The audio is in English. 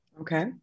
Okay